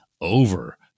over